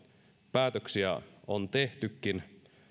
päätöksiä on tehtykin